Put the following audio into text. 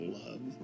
love